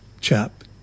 chap